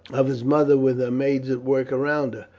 of his mother with her maids at work around her,